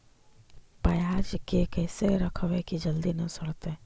पयाज के कैसे रखबै कि जल्दी न सड़तै?